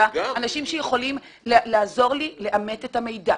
אלא על ידי אנשים שיכולים לעזור לי לאמת את המידע.